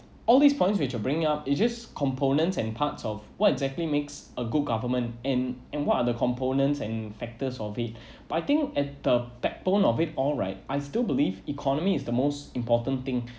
all these points which are bringing up it just components and parts of what exactly makes a good government and and what other components and factors of it but I think at the backbone of it all right I still believe economy is the most important thing